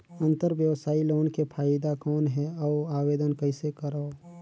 अंतरव्यवसायी लोन के फाइदा कौन हे? अउ आवेदन कइसे करव?